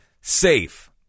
safe